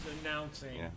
announcing